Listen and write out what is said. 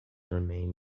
remain